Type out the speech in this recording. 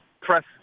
press